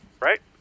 right